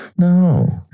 No